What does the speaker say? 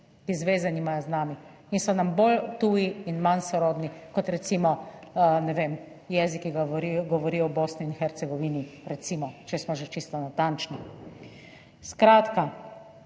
ti zveze nimajo z nami in so nam bolj tuji in manj sorodni kot, recimo, ne vem, jezik, ki ga govorijo v Bosni in Hercegovini, recimo, če smo že čisto natančni. Skratka,